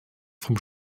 vom